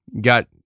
got